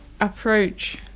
approach